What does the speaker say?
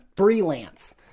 freelance